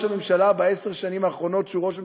הממשלה בעשר השנים האחרונות שהוא ראש ממשלה?